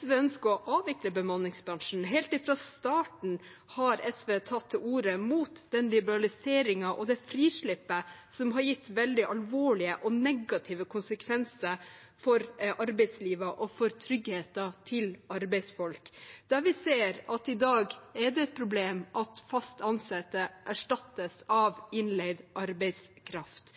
SV ønsker å avvikle bemanningsbransjen. Helt fra starten har SV tatt til orde mot den liberaliseringen og det frislippet som har gitt veldig alvorlige og negative konsekvenser for arbeidslivet og for tryggheten til arbeidsfolk. Vi ser i dag at det er et problem at fast ansatte erstattes av innleid arbeidskraft,